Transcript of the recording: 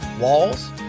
walls